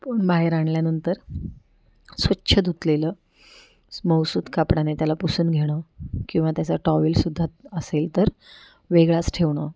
पण बाहेर आणल्यानंतर स्वच्छ धुतलेलं मऊसूत कापडाने त्याला पुसून घेणं किंवा त्याचा टॉवेलसुद्धा असेल तर वेगळाच ठेवणं